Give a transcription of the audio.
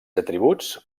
atributs